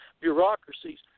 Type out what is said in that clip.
bureaucracies